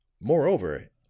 Moreover